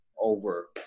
over